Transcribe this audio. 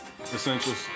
Essentials